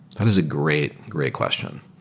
that is a great, great question.